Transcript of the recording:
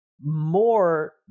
more